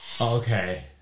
Okay